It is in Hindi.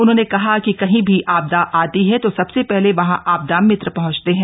उन्होंने कहा कि कहीं भी आपदा आती है तो सबसे पहले वहां आपदा मित्र पहंचते हैं